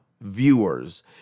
viewers